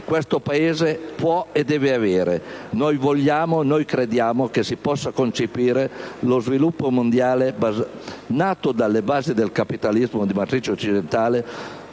questo Paese può e deve avere. Noi crediamo che non si possa concepire lo sviluppo mondiale nato dalle basi del capitalismo di matrice occidentale